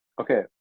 okay